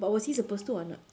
but was he supposed to or not